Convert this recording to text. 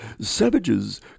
savages